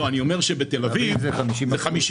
לא אני אומר שבתל אביב זה 50 אחוז,